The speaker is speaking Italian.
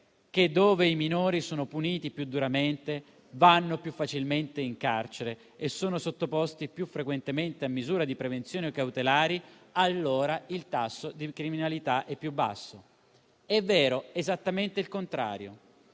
che, dove i minori sono puniti più duramente, vanno più facilmente in carcere e sono sottoposti più frequentemente a misure di prevenzione cautelari, il tasso di criminalità è più basso. È vero esattamente il contrario.